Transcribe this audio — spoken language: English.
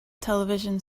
television